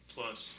Plus